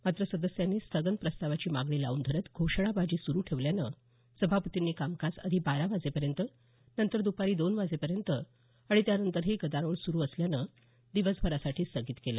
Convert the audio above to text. मात्र सदस्यांनी स्थगन प्रस्तावाची मागणी लावून धरत घोषणाबाजी सुरू ठेवल्यानं सभापतींनी कामकाज आधी बारा वाजेपर्यंत नंतर द्पारी दोन वाजेपर्यंत आणि त्यानंतरही गदारोळ सुरू असल्यानं दिवसभरासाठी स्थगित केलं